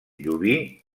llubí